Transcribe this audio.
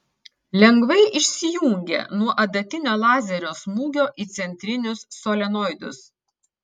lengvai išsijungia nuo adatinio lazerio smūgio į centrinius solenoidus